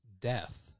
death